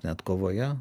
net kovoje